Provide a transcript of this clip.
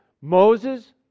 Moses